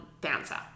bouncer